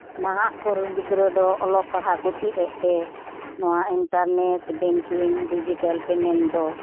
ᱱᱟᱦᱟᱜ ᱠᱚᱨᱮᱱ ᱜᱤᱫᱽᱨᱟᱹ ᱫᱚ ᱚᱞᱚᱜ ᱯᱟᱲᱦᱟᱜᱠᱚ ᱪᱮᱫ ᱮᱫᱛᱮ ᱱᱚᱶᱟ ᱤᱱᱴᱟᱨᱱᱮᱴ ᱵᱮᱝᱠᱤᱝ ᱰᱤᱡᱤᱴᱮᱞ ᱯᱮᱢᱮᱱᱴ ᱫᱚ